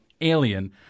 alien